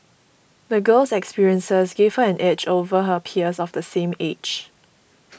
the girl's experiences gave her an edge over her peers of the same age